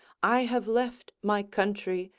i have left my country,